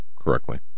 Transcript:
correctly